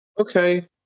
Okay